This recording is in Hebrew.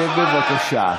שב, בבקשה.